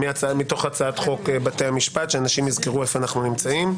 הצעת חוק בתי המשפט כדי שאנשים יזכרו היכן אנחנו נמצאים.